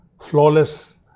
flawless